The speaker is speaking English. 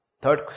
Third